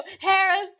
Harris